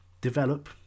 develop